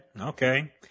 Okay